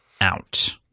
out